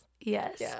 Yes